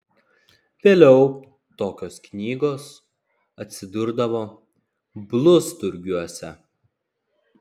vėliau tokios knygos atsidurdavo blusturgiuose